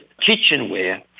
kitchenware